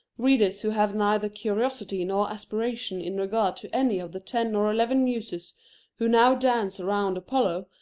readers who have neither curiosity nor aspiration in regard to any of the ten or eleven muses who now dance around apollo,